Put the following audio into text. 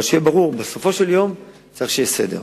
אבל שיהיה ברור: בסופו של יום צריך שיהיה סדר.